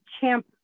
champ